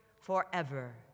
forever